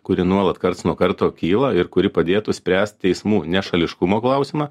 kuri nuolat karts nuo karto kyla ir kuri padėtų spręst teismų nešališkumo klausimą